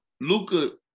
Luca